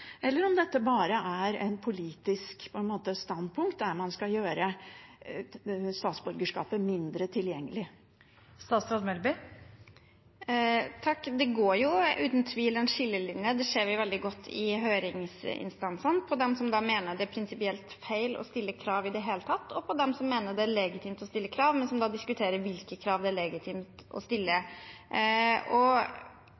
Eller er dette bare et slags politisk standpunkt, der man skal gjøre statsborgerskapet mindre tilgjengelig? Det går uten tvil en skillelinje – det ser vi veldig godt i høringsinstansene – mellom de som mener det er prinsipielt feil å stille krav i det hele tatt, og de som mener det er legitimt å stille krav, men som diskuterer hvilke krav det er legitimt å stille.